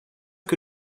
que